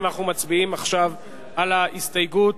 אנחנו מצביעים עכשיו על ההסתייגות.